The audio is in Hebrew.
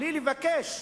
בלי לבקש,